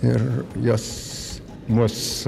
ir jos mus